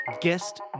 guest